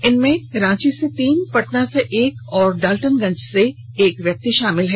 इनमें रांची से तीन पटना से एक और डाल्टनगंज से एक व्यक्ति शामिल है